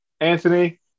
Anthony